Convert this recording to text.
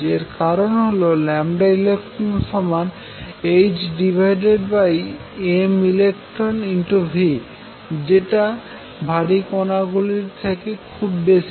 এর কারন হল electrons hmelectronv যেটা ভারি কনাগুলির থেকে খুব বেশি